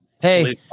Hey